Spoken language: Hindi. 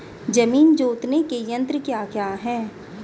जमीन जोतने के यंत्र क्या क्या हैं?